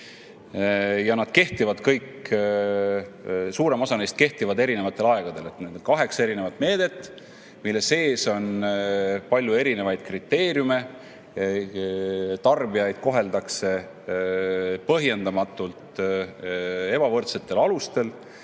missugune. Ja suurem osa neist kehtivad eri aegadel. Nii et kaheksa erinevat meedet, mille sees on palju erinevaid kriteeriume, tarbijaid koheldakse põhjendamatult ebavõrdsetel alustel.